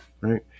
Right